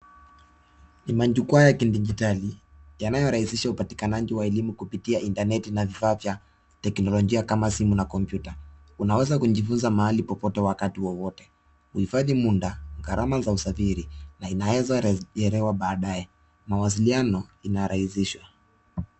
Ni majukwaa ya kidijitali, yanayorahisisha upatikanaji wa elimu kupitia intaneti na vifaa vya teknolojia kama simu na kompyuta. Unaweza kujifunza mahali popote, wakati wowote, kuhifadhi muda, gharama za usafiri na inaweza rejelewa badae. Mawasiliano ina rahisishwa.